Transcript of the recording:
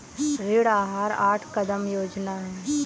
ऋण आहार आठ कदम योजना है